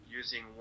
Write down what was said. using